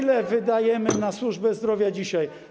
Ile wydajemy na służbę zdrowia dzisiaj?